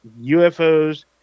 UFOs